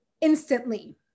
instantly